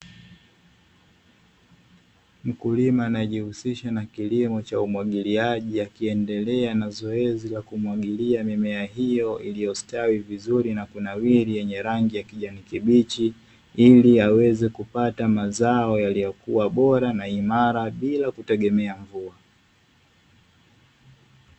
Mkulima anayejihusisha na kilimo cha umwagiliaji, akiendelea na zoezi la kumwagilia mimea hiyo, iliyostawi vizuri na kunawiri yenye rangi ya kijani kibichi ili aweze kupata mazao yaliyokuwa bora na imara bila kutegemea mvua.